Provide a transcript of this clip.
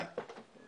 90% מחויב במצ'ינג.